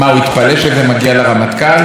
מה, הוא התפלא שזה מגיע לרמטכ"ל?